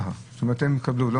אה, זאת אומרת, הם יקבלו.